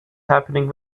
happening